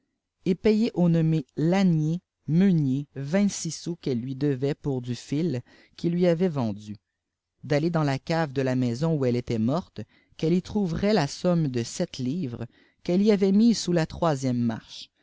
gromervilla de sayerau nommé lânier meunier vingt-six sous qu'elle lui deyait pour u fil qu il lui avait vendu d'aller dans la cave de la maison oii elle était morte qu'elle y trouverait la somme de sept livres qu'elle y avait mise sous la troisième marche